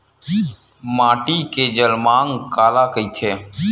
माटी के जलमांग काला कइथे?